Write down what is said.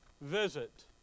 Visit